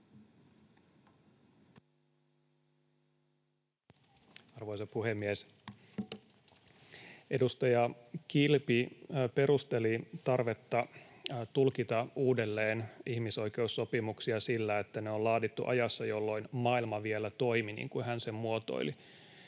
Arvoisa puhemies! Edustaja Kilpi perusteli tarvetta tulkita uudelleen ihmisoikeussopimuksia sillä, että ne on laadittu ajassa, jolloin maailma vielä toimi, niin kuin hän sen muotoili.